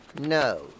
no